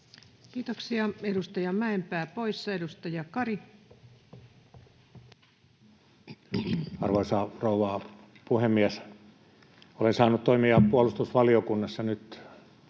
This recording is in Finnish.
Kiitoksia. — Edustaja Mäenpää poissa. — Edustaja Kari. Arvoisa rouva puhemies! Olen saanut toimia puolustusvaliokunnassa nyt